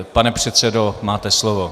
Pane předsedo, máte slovo.